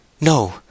No